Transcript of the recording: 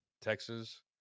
Texas